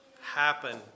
happen